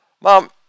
Mom